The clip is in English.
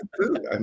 food